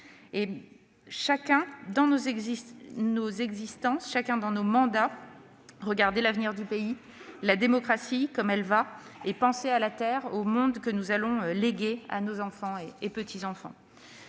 et, chacun dans son existence, chacun dans son mandat, penser à l'avenir du pays, à la démocratie comme elle va, à la terre et au monde que nous allons léguer à nos enfants et petits-enfants.